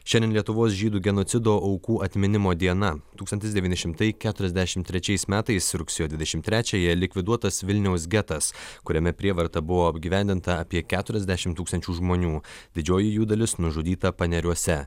šiandien lietuvos žydų genocido aukų atminimo diena tūkstantis devyni šimtai keturiasdešimt trečiais metais rugsėjo dvidešimt trečiąją likviduotas vilniaus getas kuriame prievarta buvo apgyvendinta apie keturiasdešimt tūkstančių žmonių didžioji jų dalis nužudyta paneriuose